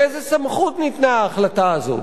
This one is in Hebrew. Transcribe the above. באיזו סמכות ניתנה ההחלטה הזאת?